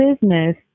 business